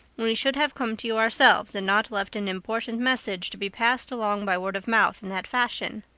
we should have come to you ourselves and not left an important message to be passed along by word of mouth in that fashion.